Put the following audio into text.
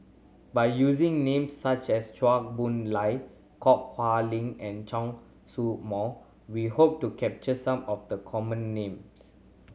by using names such as Chua Boon Lay Ho Kah Leong and Chen Show Mao we hope to capture some of the common names